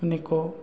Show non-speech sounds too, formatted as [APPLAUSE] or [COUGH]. [UNINTELLIGIBLE]